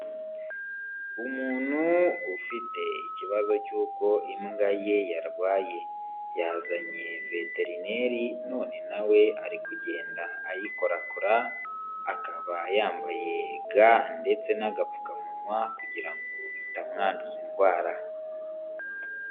Umuntu ufite ikibazo cy'uko imbwa ye yarwaye, yazanye veterineri none nawe ari kugenda ayikorakora, akaba yambaye ga ndetse n'agapfukamunwa kugira ngo atamwanduza indwara.